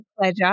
pleasure